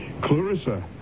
Clarissa